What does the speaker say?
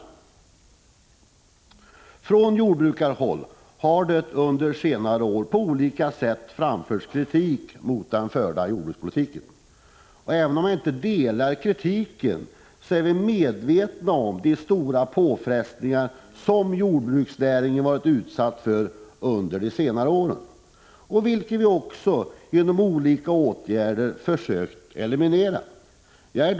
Det har från jordbrukarhåll under senare år på olika sätt framförts kritik mot den förda jordbrukspolitiken. Även om vi inte ansluter oss till kritiken, är vi medvetna om de stora påfrestningar som jordbruksnäringen varit utsatt för under dessa år. Vi har också genom olika åtgärder försökt åstadkomma lösningar på dessa punkter.